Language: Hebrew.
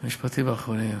משפטים אחרונים.